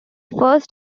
first